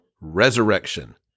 Resurrection